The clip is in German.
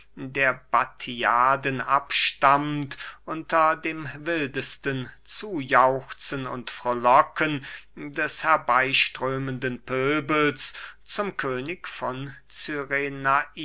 der battiaden abstammt unter dem wildesten zujauchzen und frohlocken des herbeyströmenden pöbels zum könig von